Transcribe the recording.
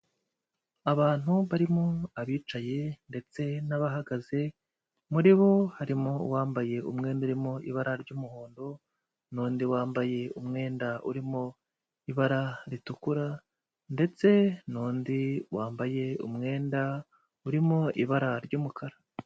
Abantu barimo abicaye ndetse n'abahagaze, muri bo harimo uwambaye umwenda urimo ibara ry'umuhondo n'undi wambaye umwenda urimo ibara ritukura ndetse n'undi wambaye umwenda urimo ibara ry'umukara.